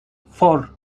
four